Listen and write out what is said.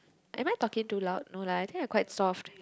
am I talking too loud no lah I think I quite soft